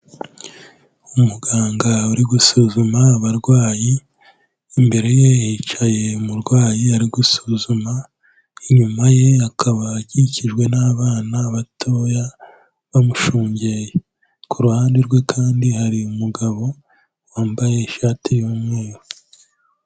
Umuganga uri gusuzuma abarwayi, imbere ye hicaye umurwayi ari gusuzuma, inyuma ye akaba akikijwe n'abana batoya bamushungereye, ku ruhande rwe kandi hari umugabo wambaye ishati y'umweru.